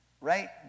right